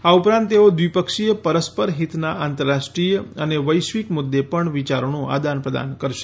આ ઉપરાંત તેઓ દ્વિપક્ષીય પરસ્પર હિતના આંતરરાષ્ટ્રીય અને વૈશ્વિક મુદ્દે પણ વિચારોનું આદાનપ્રદાન કરશે